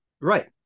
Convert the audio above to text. Right